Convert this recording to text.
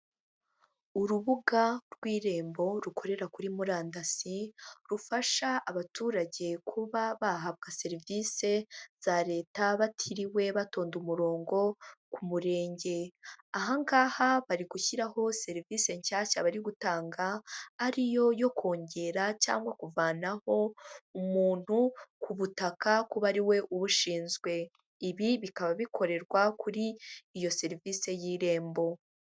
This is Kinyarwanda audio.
Urubuga rw'irembo rukorera kuri murandasi, rufasha abaturage kuba bahabwa serivisi za leta batiriwe batonda umurongo ku murenge. Aha ngaha bari gushyiraho serivisi nshyashya bari gutanga, ariyo yo kongera cyangwa kuvana ho umuntu ku butaka kuba ariwe ubushinzwe, ibi bikaba bikorerwa kuri iyo serivisi y'irembo.